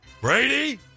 Brady